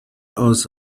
aus